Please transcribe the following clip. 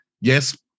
Yes